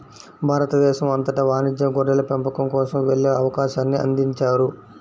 భారతదేశం అంతటా వాణిజ్య గొర్రెల పెంపకం కోసం వెళ్ళే అవకాశాన్ని అందించారు